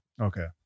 Okay